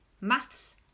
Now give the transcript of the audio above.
Maths